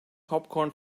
popcorn